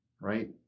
right